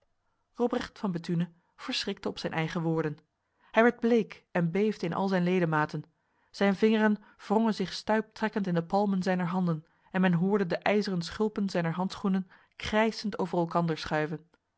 robrecht van bethune verschrikte op zijn eigen woorden hij werd bleek en beefde in al zijn ledematen zijn vingeren wrongen zich stuiptrekkend in de palmen zijner handen en men hoorde de ijzeren schulpen zijner handschoenen krijsend over elkander schuiven